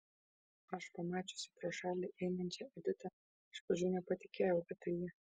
aš pamačiusi pro šalį einančią editą iš pradžių nepatikėjau kad tai ji